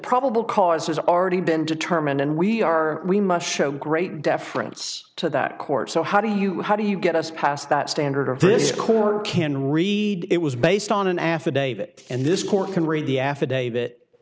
probable cause has already been determined and we are we must show great deference to that court so how do you how do you get us past that standard of this court can read it was based on an affidavit and this court can read the affidavit